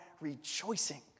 rejoicing